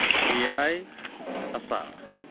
ᱮᱭᱟᱭ ᱟᱥᱟᱲ